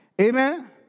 Amen